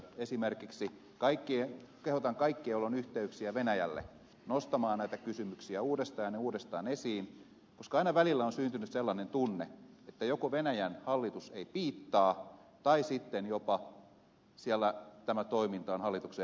esimerkiksi kehotan kaikkia joilla on yhteyksiä venäjälle nostamaan näitä kysymyksiä uudestaan ja uudestaan esiin koska aina välillä on syntynyt sellainen tunne että joko venäjän hallitus ei piittaa tai sitten jopa siellä tämä toiminta on hallituksen erityisessä suojeluksessa